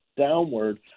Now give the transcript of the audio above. downward